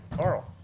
carl